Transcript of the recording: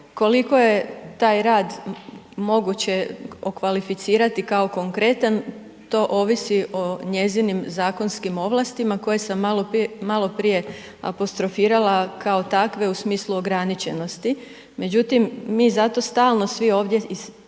Koliko je taj rad, moguće okvalificirati kao konkretan to ovisi o njezinim zakonskim ovlastima, koje sam maloprije apostrofirala kao takve u smislu ograničenosti. Međutim, mi zato stalno svi ovdje pa